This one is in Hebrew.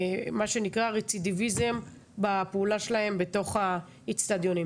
מה שנקרא, רצידיביזם בפעולה שלהם בתוך האצטדיונים.